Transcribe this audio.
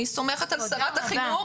אני סומכת על שרת החינוך